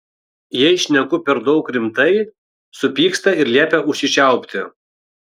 jei šneku per daug rimtai supyksta ir liepia užsičiaupti